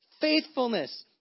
Faithfulness